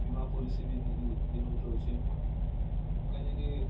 ବୀମା ପଲିସି ବି ଜେନ୍ ଗୁଟେ ଅଛେ କେଁଯେ କି